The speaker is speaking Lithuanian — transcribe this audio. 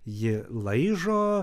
ji laižo